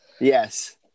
yes